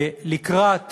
לקראת